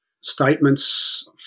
statements